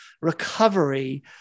recovery